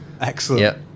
Excellent